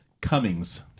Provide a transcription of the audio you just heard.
Cummings